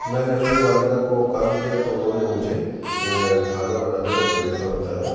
تو میں نے اپنی والدہ کو کال کیا تو انہوں نے مجھے کھانا بنانے کا طریقہ بتایا